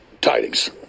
tidings